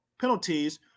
penalties